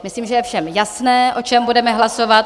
Myslím, že je všem jasné, o čem budeme hlasovat.